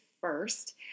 first